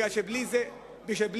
אז למה צריך את החוק, אם אין שינוי?